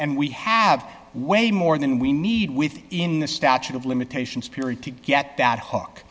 and we have way more than we need within the statute of limitations period to get that h